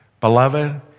Beloved